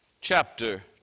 chapter